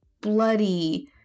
bloody